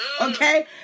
okay